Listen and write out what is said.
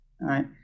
right